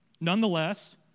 Nonetheless